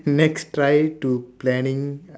next try to planning